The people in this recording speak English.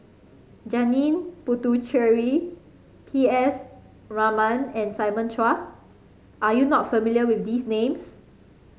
Janil Puthucheary P S Raman and Simon Chua are you not familiar with these names